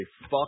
fuck